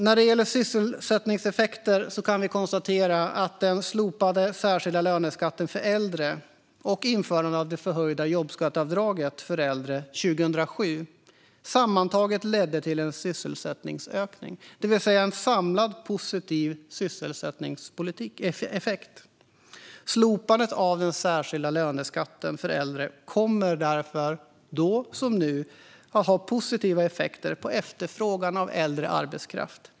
När det gäller sysselsättningseffekter kan vi konstatera att den slopade särskilda löneskatten för äldre och införandet av det förhöjda jobbskatteavdraget för äldre 2007 sammantaget ledde till en sysselsättningsökning, det vill säga en samlad positiv sysselsättningseffekt. Slopandet av den särskilda löneskatten för äldre kommer därför, då som nu, att ha positiva effekter på efterfrågan på äldre arbetskraft.